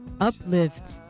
uplift